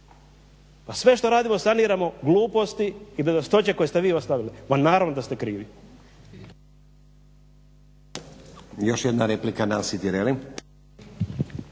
Pa sve što radimo saniramo gluposti i bedastoće koje ste vi ostavili. Pa naravno da ste krivi.